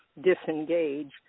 disengage